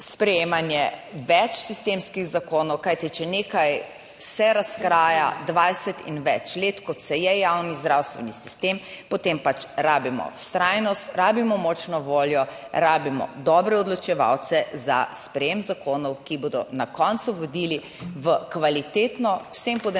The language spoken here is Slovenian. sprejemanje več sistemskih zakonov. Kajti če nekaj se razkraja 20 in več let kot se je javni zdravstveni sistem, potem pač rabimo vztrajnost, rabimo močno voljo, rabimo dobre odločevalce za sprejem zakonov, ki bodo na koncu vodili v kvalitetno, vsem pod enakimi